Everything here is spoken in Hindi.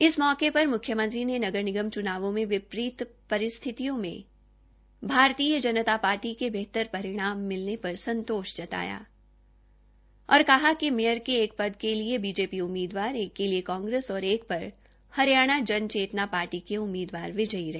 इस मौके पर म्ख्यमंत्री ने नगर निगमों च्नावेां में वितरित परिस्थितियों में भारतीय जनता पार्टी के बेहतर परिणाम मिलने पर संतोष जताया है और कहा कि मेयर के एक पद के लिए बीजेपी उम्मीदवार एक के लिए कांग्रेस और एक पर हरियाणा जन चेतना पार्टी के उम्मीदवार रहे